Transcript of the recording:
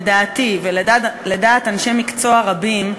לדעתי ולדעת אנשי מקצוע רבים,